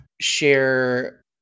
share